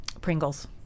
Pringles